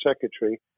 secretary